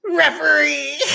referee